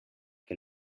que